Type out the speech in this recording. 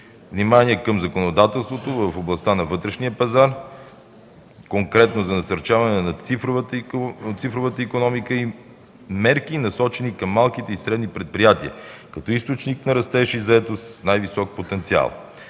Внимание към законодателството в областта на вътрешния пазар, по-конкретно за насърчаване на цифровата икономика и мерки, насочени към малките и средни предприятия като източник на растеж и заетост с най-висок потенциал.